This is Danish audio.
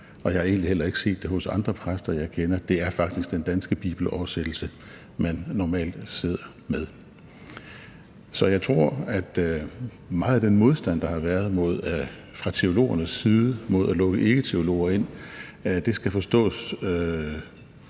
egentlig heller ikke set det hos andre præster, jeg kender. Det er faktisk den danske bibeloversættelse, man normalt sidder med. Så jeg tror, at meget af den modstand, der har været fra teologernes side mod at lukke ikketeologer ind, skal forstås